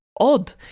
odd